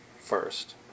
first